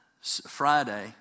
Friday